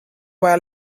war